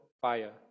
fire